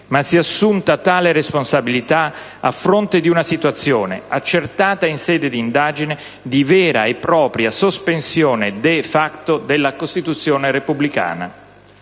ma si è assunta tale responsabilità a fronte di una situazione, accertata in sede di indagine, di vera e propria sospensione *de facto* della Costituzione repubblicana,